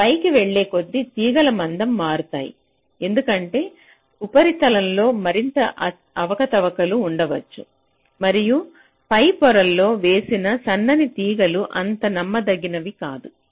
మనం పైకి వెళ్లే కొద్దీ తీగలు మందంగా మారతాయి ఎందుకంటే ఉపరితలాలలో మరింత అవకతవకలు ఉండవచ్చు మరియు పై పొరలలో వేసిన సన్నని తీగలు అంత నమ్మదగినది కాదు